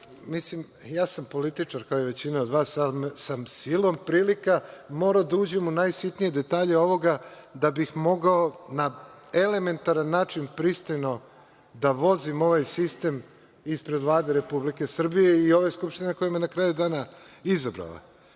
sistem. Ja sam političar, kao i većina od vas, ali sam silom prilika morao da uđem u najsitnije detalje ovoga da bih mogao na elementaran način, pristojno da vozim ovaj sistem ispred Vlade Republike Srbije i ove Skupštine koje me je na kraju dana izabrala.